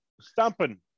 Stamping